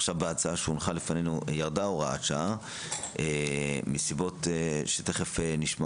עכשיו בהצעה שלפנינו ירדה הוראת שעה מסיבות שתכף נשמע